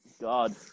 god